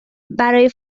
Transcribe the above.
برای